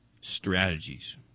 strategies